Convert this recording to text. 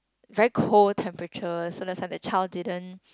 very cold temperature so that's why the child didn't